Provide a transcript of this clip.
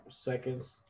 seconds